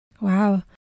Wow